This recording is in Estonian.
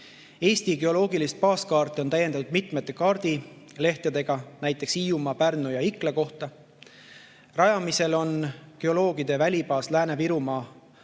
Eesti geoloogilist baaskaarti on täiendatud mitme kaardilehega, näiteks Hiiumaa, Pärnu ja Ikla kohta. Rajamisel on geoloogide välibaas Lääne-Virumaal